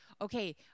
Okay